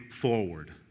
forward